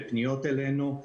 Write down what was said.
בפניות אלינו,